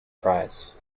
prize